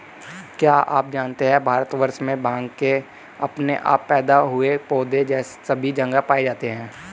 क्या आप जानते है भारतवर्ष में भांग के अपने आप पैदा हुए पौधे सभी जगह पाये जाते हैं?